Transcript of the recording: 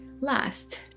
Last